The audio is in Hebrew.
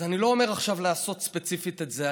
אז אני לא אומר עכשיו לעשות ספציפית את זה,